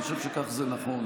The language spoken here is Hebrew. אני חושב שכך זה נכון,